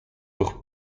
doch